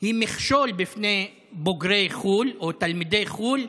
היא מכשול בפני בוגרי חו"ל או תלמידי חו"ל,